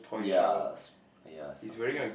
yeah sp~ yeah something like